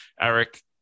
Eric